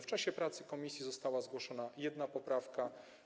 W czasie prac komisji została zgłoszona jedna poprawka.